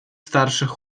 starszych